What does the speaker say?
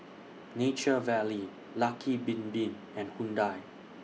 Nature Valley Lucky Bin Bin and Hyundai